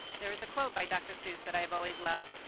there is a quote by dr. seuss that i've always loved.